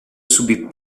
subì